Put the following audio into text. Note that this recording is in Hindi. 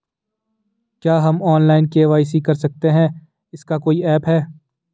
क्या हम ऑनलाइन के.वाई.सी कर सकते हैं इसका कोई ऐप है?